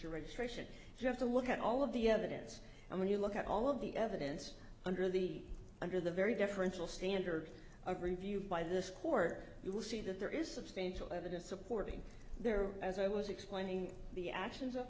your registration you have to look at all of the evidence and when you look at all of the evidence under the under the very deferential standard of review by this court you will see that there is substantial evidence supporting there as i was explaining the actions of